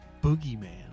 Boogeyman